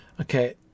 Okay